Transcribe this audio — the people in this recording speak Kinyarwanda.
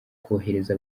kohereza